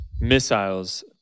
missiles